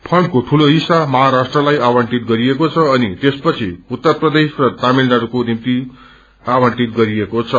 फण्डक्रो दूलो हिस्सा महाराष्ट्रलाई आवभ्टित गरिएको छ अनि त्यसपछि उत्तर प्रदेश र तमिलनाडुको निभ्ति आवभ्टित गरिएको छ